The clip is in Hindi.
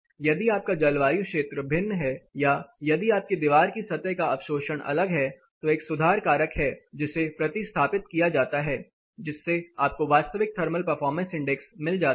यदि आपका जलवायु क्षेत्र भिन्न हैं या यदि आपकी दीवार की सतह का अवशोषण अलग है तो एक सुधार कारक है जिसे प्रतिस्थापित किया जाता है जिससे आपको वास्तविक थर्मल परफॉर्मेंस इंडेक्स मिल जाता है